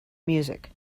music